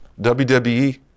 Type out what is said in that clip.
WWE